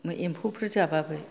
एम्फौफोर जाबाबो